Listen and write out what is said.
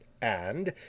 and,